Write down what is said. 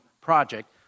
Project